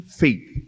faith